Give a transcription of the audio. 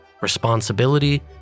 responsibility